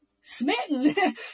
Smitten